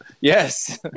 Yes